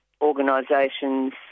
organisations